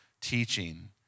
teaching